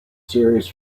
series